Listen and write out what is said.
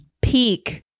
peak